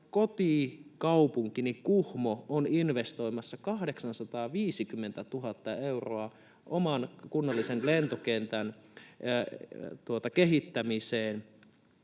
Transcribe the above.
kotikaupunkini Kuhmo on investoimassa 850 000 euroa oman kunnallisen lentokentän kehittämiseen,